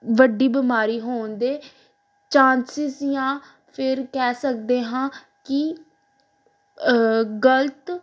ਵੱਡੀ ਬਿਮਾਰੀ ਹੋਣ ਦੇ ਚਾਂਸਿਸ ਜਾਂ ਫਿਰ ਕਹਿ ਸਕਦੇ ਹਾਂ ਕਿ ਗਲਤ